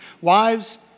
Wives